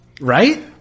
Right